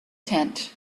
tent